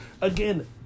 Again